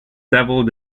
several